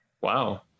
wow